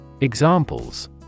Examples